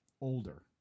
older